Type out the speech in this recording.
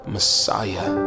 Messiah